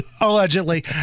Allegedly